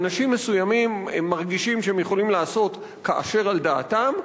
אנשים מסוימים מרגישים שהם יכולים לעשות ככל העולה על דעתם,